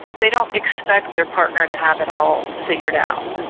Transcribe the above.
they don't expect their partner to have it all figure it out,